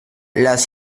las